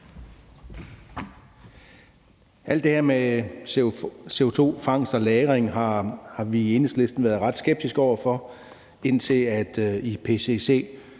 Alt det her med CO2-fangst og -lagring har vi i Enhedslisten været ret skeptiske over for, indtil IPCC